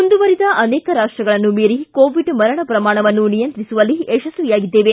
ಮುಂದುವರಿದ ಅನೇಕ ರಾಷ್ಟಗಳನ್ನು ಮೀರಿ ಕೋವಿಡ್ ಮರಣ ಪ್ರಮಾಣವನ್ನು ನಿಯಂತ್ರಿಸುವಲ್ಲಿ ಯಶಸ್ವಿಯಾಗಿದ್ದೇವೆ